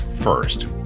first